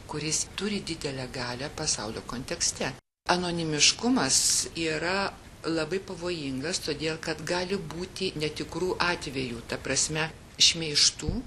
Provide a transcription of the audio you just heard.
kuris turi didelę galią pasaulio kontekste anonimiškumas yra labai pavojingas todėl kad gali būti netikrų atvejų ta prasme šmeižtų